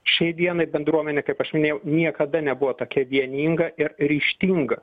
šiai dienai bendruomenė kaip aš minėjau niekada nebuvo tokia vieninga ir ryžtinga